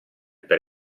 per